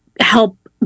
help